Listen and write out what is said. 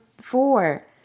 four